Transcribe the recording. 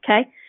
Okay